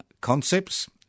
concepts